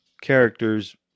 characters